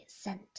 scent